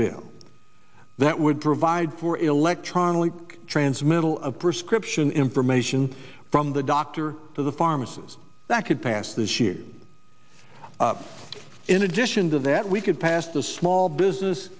bill that would provide for electronic transmittal of prescription information from the doctor to the pharmacist that could pass this year in addition to that we could pass the small business